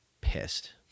pissed